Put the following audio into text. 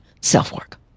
self-work